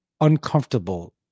uncomfortable